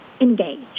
engage